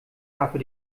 dafür